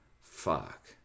fuck